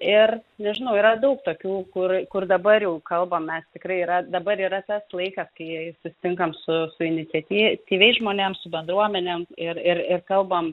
ir nežinau yra daug tokių kur kur dabar jau kalbam mes tikrai yra dabar yra tas laikas kai susitinkam su su iniciatytyviais žmonėm su bendruomenėm ir ir ir kalbam